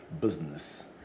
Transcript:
business